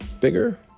bigger